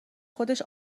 خودش